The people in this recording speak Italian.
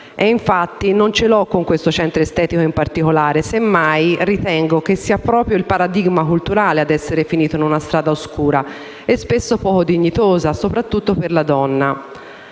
Infatti, io non ce l'ho con questo centro estetico in particolare. Semmai, ritengo che sia proprio il paradigma culturale ad essere finito in una strada oscura, spesso poco dignitosa, soprattutto per la donna.